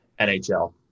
NHL